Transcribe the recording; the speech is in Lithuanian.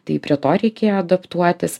tai prie to reikėjo adaptuotis